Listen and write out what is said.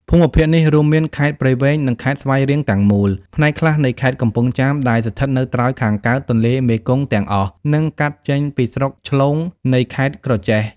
ភូមិភាគនេះរួមមានខេត្តព្រៃវែង និងខេត្តស្វាយរៀងទាំងមូល ផ្នែកខ្លះនៃខេត្តកំពង់ចាមដែលស្ថិតនៅត្រើយខាងកើតទន្លេមេគង្គទាំងអស់ និងកាត់ចេញពីស្រុកឆ្លូងនៃខេត្តក្រចេះ។